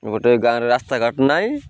ଗୋଟେ ଗାଁରେ ରାସ୍ତା ଘାଟ ନାଇଁ